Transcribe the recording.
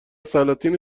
سلاطین